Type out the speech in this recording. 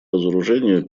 разоружению